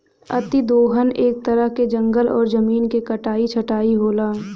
अति दोहन एक तरह से जंगल और जमीन क कटाई छटाई होला